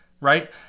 right